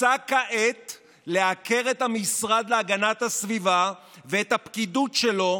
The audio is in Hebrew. רוצה כעת לעקר את המשרד להגנת הסביבה ואת הפקידות שלו,